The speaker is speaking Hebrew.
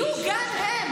יהיו גם הן.